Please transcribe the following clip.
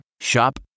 Shop